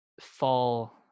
fall